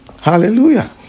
Hallelujah